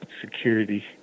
security